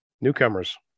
newcomers